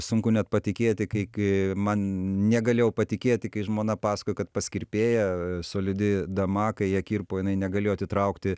sunku net patikėti kai kai man negalėjau patikėti kai žmona pasakojo kad pas kirpėją solidi dama kai ją kirpo jinai negalėjo atitraukti